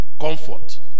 comfort